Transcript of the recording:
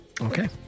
Okay